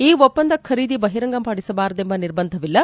ಈ ಒಪ್ಪಂದ ಖರೀದಿ ಬಹಿರಂಗ ಪಡಿಸಬಾರದೆಂಬ ನಿರ್ಬಂಧವಿಲ್ಲ